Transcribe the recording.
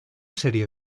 serie